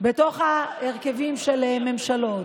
בתוך ההרכבים של ממשלות.